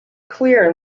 clear